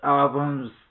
albums